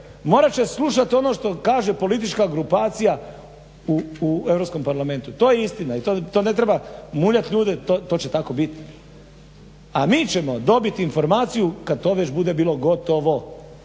morat će slušati ono što kaže politička grupacija u EU parlamentu. To je istina i to ne treba muljati ljude, to će tako biti. A mi ćemo dobiti informaciju kada to već bude bilo gotovo,